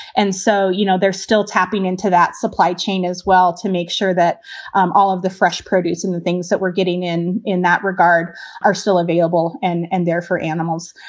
and so, you know, they're still tapping into that supply chain as well to make sure that um all of the fresh produce and the things that we're getting in in that regard are still available and and they're for animals.